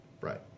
Right